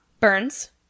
Burns